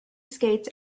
skates